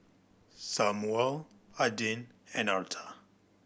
Samual Adin and Arta